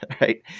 right